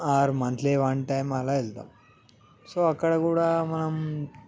are monthly one time అలా వెళ్తాం so అక్కడ కూడా మనం